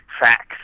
facts